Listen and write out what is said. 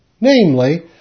namely